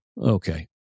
okay